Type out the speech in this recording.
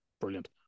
brilliant